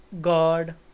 god